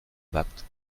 bapt